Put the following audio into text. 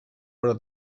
però